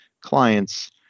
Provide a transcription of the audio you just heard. clients